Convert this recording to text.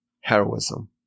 heroism